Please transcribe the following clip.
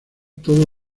todo